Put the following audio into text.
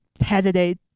hesitate